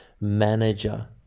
manager